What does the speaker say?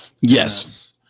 Yes